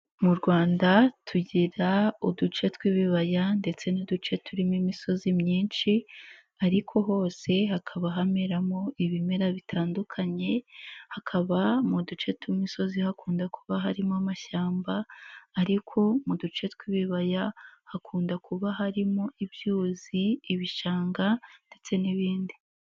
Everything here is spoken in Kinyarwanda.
Mu rwanda, tugira uduce tw'ibibaya ndetse n'uduce turimo imisozi myinshi ariko hose hakaba hameramo ibimera bitandukanye, hakaba mu duce tw'imisozi hakunda kuba harimo amashyamba ariko mu duce tw'ibibaya hakunda kuba harimo ibyuzi, ibishanga ndetse n'ibindi.